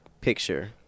picture